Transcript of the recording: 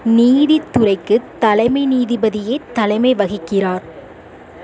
நீதித் துறைக்கு தலைமை நீதிபதியே தலைமை வகிக்கிறார்